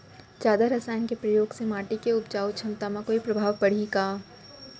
जादा रसायन के प्रयोग से माटी के उपजाऊ क्षमता म कोई प्रभाव पड़ही का?